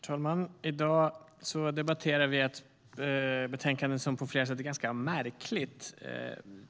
Herr talman! I dag debatterar vi ett betänkande som på flera sätt är ganska märkligt.